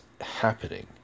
happening